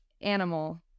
animal